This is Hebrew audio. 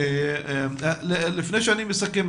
לפני שאסכם,